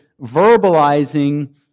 verbalizing